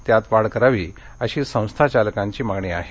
त्यात वाढ करावी ही संस्थाचालकांची मागणी आहे